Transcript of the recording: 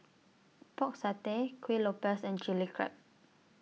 Pork Satay Kuih Lopes and Chili Crab